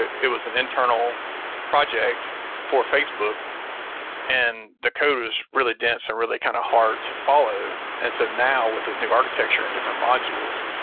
it was an internal project for facebook and the code was really dense and really kind of hard to follow. and so now with this new architecture and different modules,